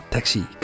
Taxi